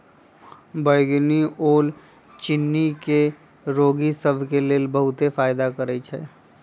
बइगनी ओल चिन्नी के रोगि सभ के लेल बहुते फायदा करै छइ